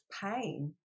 pain